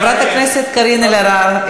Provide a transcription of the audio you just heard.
חברת הכנסת קארין אלהרר,